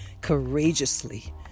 courageously